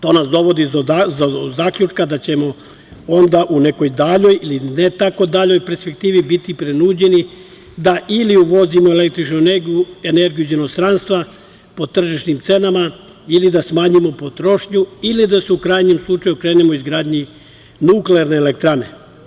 To nas dovodi do zaključka da ćemo onda u nekoj daljoj ili ne tako daljoj perspektivi biti prinuđeni da ili uvozimo električnu energiju iz inostranstva po tržišnim cenama, ili da smanjimo potrošnju, ili da se u krajnjem slučaju krenemo izgradnju nuklearne elektrane.